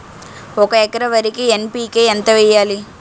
ఒక ఎకర వరికి ఎన్.పి.కే ఎంత వేయాలి?